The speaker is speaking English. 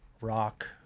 Rock